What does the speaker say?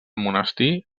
monestir